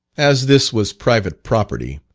as this was private property,